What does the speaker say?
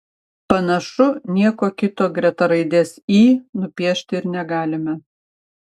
panašu nieko kito greta raidės y nupiešti ir negalime